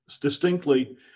distinctly